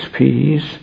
peace